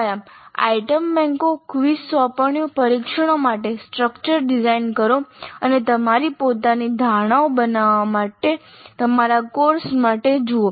વ્યાયામ આઇટમ બેંકો ક્વિઝ સોંપણીઓ પરીક્ષણો માટે સ્ટ્રક્ચર્સ ડિઝાઇન કરો અને તમારી પોતાની ધારણાઓ બનાવવા માટે તમારા કોર્સ માટે જુઓ